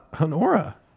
Honora